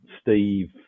Steve